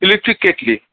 electric kettle